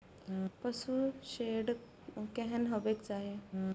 पशु शेड केहन हेबाक चाही?